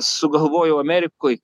sugalvojau amerikoj